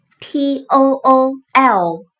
t-o-o-l